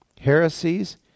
heresies